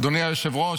אדוני היושב-ראש,